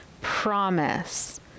promise